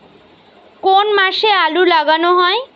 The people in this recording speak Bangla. কোন মাসে আলু লাগানো হয়?